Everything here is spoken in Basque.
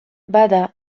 bada